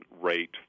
rate